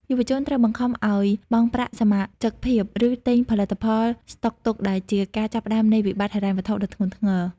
យុវជនត្រូវបង្ខំឱ្យបង់ប្រាក់សមាជិកភាព ឬទិញផលិតផលស្តុកទុក ដែលជាការចាប់ផ្តើមនៃវិបត្តិហិរញ្ញវត្ថុដ៏ធ្ងន់ធ្ងរ។